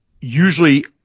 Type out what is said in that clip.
usually